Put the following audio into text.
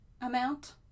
amount